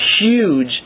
huge